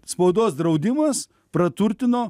spaudos draudimas praturtino